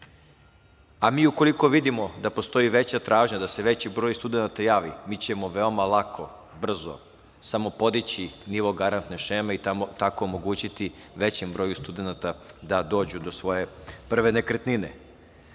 ukoliko vidimo da postoji veća tražnja, da se veći broj studenata javi, mi ćemo veoma lako, brzo samo podići nivo garantne šeme i tako omogućiti većem broju studenata da dođu do svoje prve nekretnine. Postavili